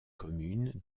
communes